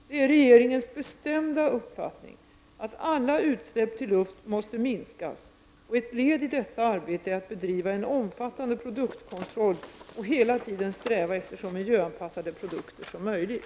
Det är regeringens bestämda uppfattning att alla utsläpp till luft måste minskas, och ett led i detta arbete är att bedriva en omfattande produktkontroll och hela tiden sträva efter så miljöanpassade produkter som möjligt.